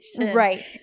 Right